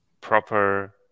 proper